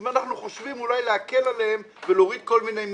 הוא אומר שהם חושבים אולי להקל עליהם ולהוריד כל מיני מסים.